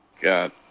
God